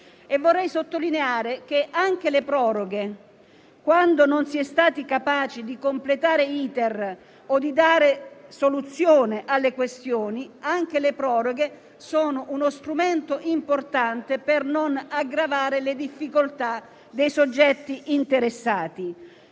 Vorrei sottolineare che anche le proroghe, quando non si è stati capaci di completare l'*iter* o di dare soluzione alle questioni, sono uno strumento importante per non aggravare le difficoltà dei soggetti interessati.